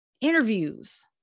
interviews